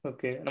Okay